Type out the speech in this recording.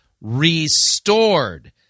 restored